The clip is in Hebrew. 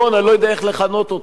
אני לא יודע איך לכנות אותו,